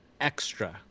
extra